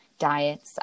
diets